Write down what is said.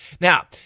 Now